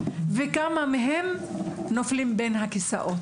וכמה מהם נופלים בין הכיסאות?